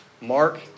Mark